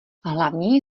hlavní